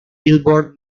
billboard